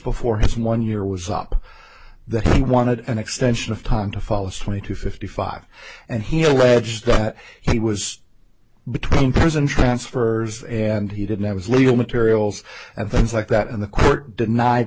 before his one year was up that he wanted an extension of time to fall asleep to fifty five and he rage that he was between prison transfers and he didn't have his legal materials and things like that and the court denied